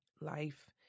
life